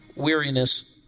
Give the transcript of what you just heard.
weariness